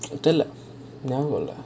தெரில ஞாபகம் இல்ல:terila nyabagam illa no lah